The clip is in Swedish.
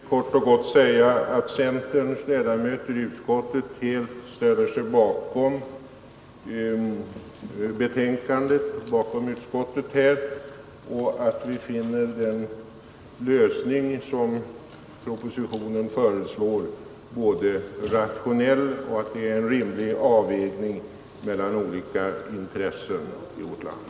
Herr talman! Låt mig kort och gott säga att centerns ledamöter i utskottet helt ställer sig bakom utskottet i denna fråga. Vi finner den lösning som föreslås i propositionen rationell. Den innebär också en rimlig avvägning mellan olika intressen i vårt land.